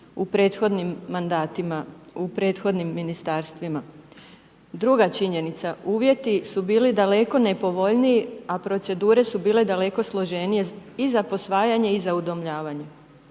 u prethodnim mandatima, u prethodnim ministarstvima. Druga činjenica, uvjeti su bili daleko nepovoljniji, a procedure su bile daleko složenije i za posvajanje i za udomljavanje.